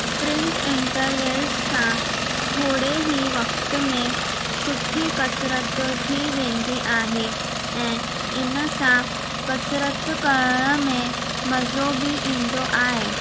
sprint intervals सां थोरे ई वक़्तु में सुठी कसरत थी वेंदी आहे ऐं इन सां कसरत करण में मज़ो बि ईंदो आहे